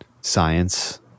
science